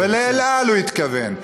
ול"אל על" הוא התכוון.